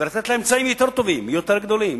ולתת לה אמצעים יותר טובים, יותר גדולים.